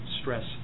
stress